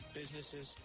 businesses